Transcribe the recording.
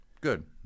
Good